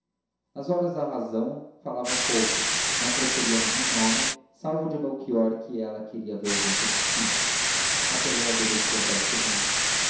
nas horas da razão falava pouco não proferia nenhum nome salvo o de melchior que ela queria ver junto de si o capelão obedecia